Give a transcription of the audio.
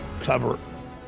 cover